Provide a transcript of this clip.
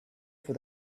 for